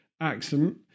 accent